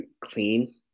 clean